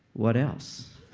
what else?